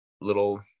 Little